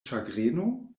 ĉagreno